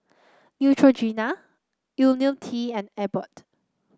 Neutrogena IoniL T and Abbott